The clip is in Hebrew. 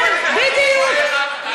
כן, בדיוק.